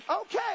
Okay